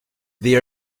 they